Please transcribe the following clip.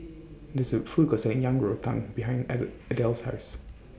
There IS A Food Court Selling Yang Rou Tang behind Adele Adele's House